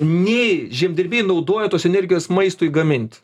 nei žemdirbiai naudoja tos energijos maistui gaminti